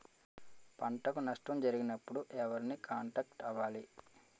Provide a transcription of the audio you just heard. పంటకు నష్టం జరిగినప్పుడు ఎవరిని కాంటాక్ట్ అవ్వాలి?